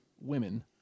Women